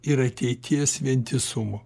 ir ateities vientisumo